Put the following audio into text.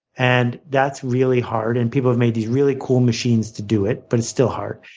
and that's really hard and people have made these really cool machines to do it but it's still hard.